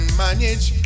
manage